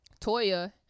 toya